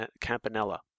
Campanella